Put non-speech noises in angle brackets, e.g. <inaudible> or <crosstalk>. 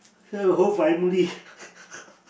here got whole family <breath>